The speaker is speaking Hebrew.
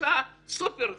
ענישה סופר חמורה.